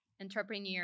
entrepreneur